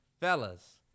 Fellas